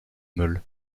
meules